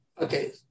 Okay